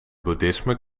boeddhisme